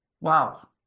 Wow